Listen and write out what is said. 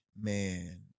man